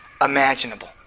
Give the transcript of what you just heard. imaginable